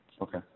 Okay